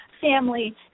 family